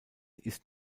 ist